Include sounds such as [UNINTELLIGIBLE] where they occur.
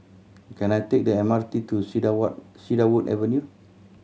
can I take the M R T to [UNINTELLIGIBLE] Cedarwood Avenue